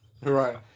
Right